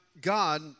God